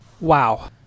Wow